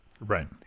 Right